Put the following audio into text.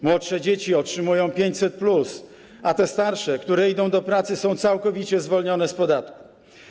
Młodsze dzieci otrzymują 500+, a te starsze, które idą do pracy, są całkowicie zwolnione z podatku.